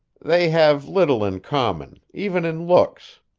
they have little in common, even in looks.